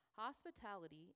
Hospitality